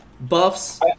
Buffs